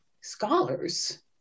scholars